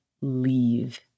leave